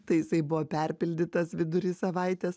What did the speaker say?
tai jisai buvo perpildytas vidury savaitės